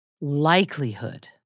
likelihood